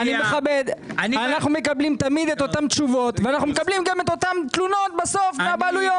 אנחנו מקבלים תמיד אותן תשובות ואת אותן תלונות בסוף מהבעלויות.